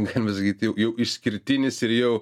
galima sakyt jau jau išskirtinis ir jau